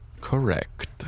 Correct